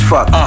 Fuck